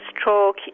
stroke